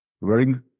Wearing